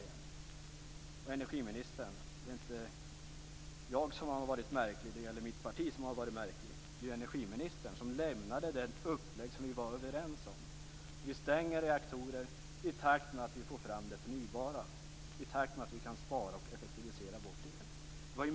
Det är, energiministern, inte jag som har varit märklig. Mitt parti har inte varit märkligt. Det var ju energiministern som lämnade det upplägg som vi var överens om, att stänga reaktorer i takt med att vi får fram det förnybara, i takt med att vi kan spara och effektivisera bort el.